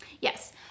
Yes